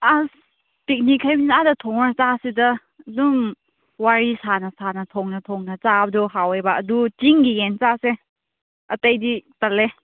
ꯑꯁ ꯄꯤꯛꯅꯤꯛ ꯍꯥꯏꯕꯅꯤꯅ ꯑꯥꯗ ꯊꯣꯡꯂꯒ ꯆꯥꯁꯤꯗ ꯑꯗꯨꯝ ꯋꯥꯔꯤ ꯁꯥꯅ ꯁꯥꯅ ꯊꯣꯡꯅ ꯊꯣꯡꯅ ꯆꯥꯕꯗꯣ ꯍꯥꯎꯋꯦꯕ ꯑꯗꯨ ꯆꯤꯡꯒꯤ ꯌꯦꯟ ꯆꯥꯁꯦ ꯑꯇꯩꯗꯤ ꯇꯜꯂꯦ